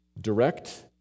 Direct